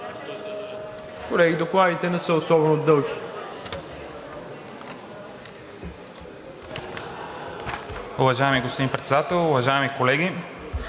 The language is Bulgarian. Колеги, докладите не са особено дълги.